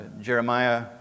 Jeremiah